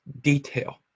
detail